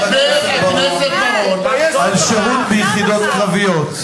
על שירות ביחידות קרביות,